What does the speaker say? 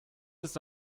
ist